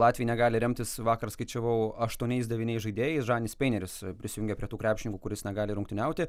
latviai negali remtis vakar skaičiavau aštuoniais devyniais žaidėjais žanis peineris prisijungė prie tų krepšininkų kuris negali rungtyniauti